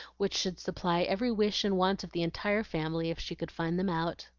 which should supply every wish and want of the entire family if she could find them out.